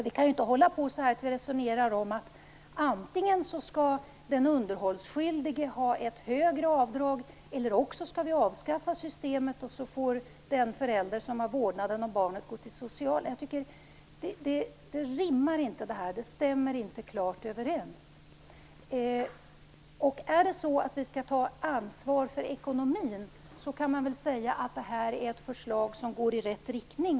Vi kan ju inte föra ett resonemang som går ut på att den underhållsskyldige antingen skall ha ett högre avdrag eller också skall vi avskaffa systemet, och då får den förälder som har vårdnaden om barnet gå till det sociala. Jag tycker inte att detta rimmar. Det stämmer inte klart överens. Om vi skall ta ansvar för ekonomin kan man väl säga att detta är ett förslag som går i rätt riktning.